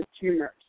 tumors